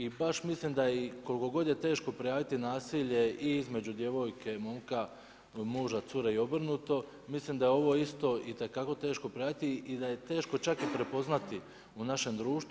I baš mislim da je i koliko god je teško prijaviti nasilje i između djevojke, momka, muža, cure i obrnuto mislim da je ovo isto itekako teško pratiti i da je teško čak i prepoznati u našem društvu.